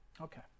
Okay